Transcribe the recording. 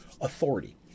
authority